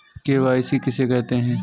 KYC किसे कहते हैं?